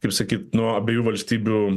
kaip sakyt nuo abiejų valstybių